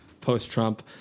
post-Trump